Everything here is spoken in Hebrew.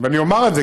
ואומר את זה,